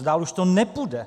Dál už to nebude.